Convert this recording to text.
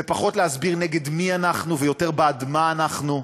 בפחות להסביר נגד מי אנחנו ויותר בעד מה אנחנו.